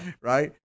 Right